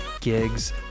gigs